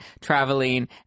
traveling